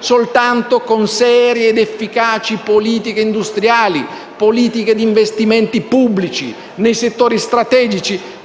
soltanto con serie ed efficaci politiche industriali, con politiche di investimenti pubblici nei settori strategici?